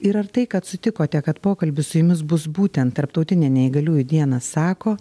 ir ar tai kad sutikote kad pokalbis su jumis bus būtent tarptautinę neįgaliųjų dieną sako